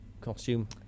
costume